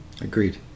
Agreed